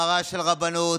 אין החמרה של רבנות,